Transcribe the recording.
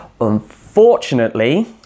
Unfortunately